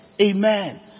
Amen